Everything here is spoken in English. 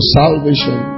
salvation